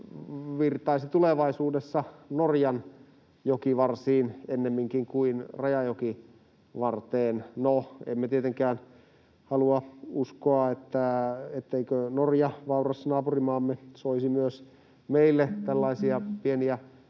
virtaisi tulevaisuudessa Norjan jokivarsiin ennemminkin kuin rajajokivarteen. No, emme tietenkään halua uskoa, etteikö Norja, vauras naapurimaamme, soisi myös meille tällaisia pieniä